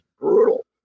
brutal